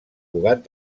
cugat